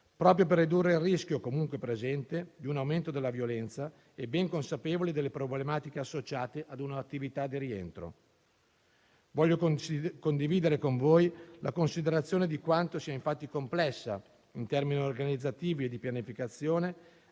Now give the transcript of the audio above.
proprio per ridurre il rischio, comunque presente, di un aumento della violenza e ben consapevoli delle problematiche associate a un'attività di rientro. Voglio condividere con voi la considerazione di quanto sia infatti complessa, in termini organizzativi e di pianificazione,